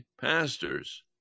pastors